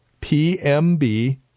PMB